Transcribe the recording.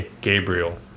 Gabriel